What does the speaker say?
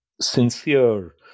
sincere